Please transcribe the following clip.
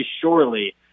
surely